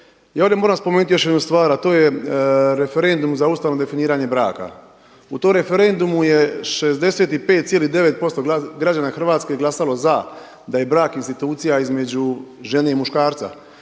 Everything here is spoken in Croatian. ja ovdje moram spomenuti još jednu stvar, a to je referendum za ustavno definiranje braka. U tom referendumu je 65,9% građana Hrvatske glasalo za da je brak institucija između žene i muškarca.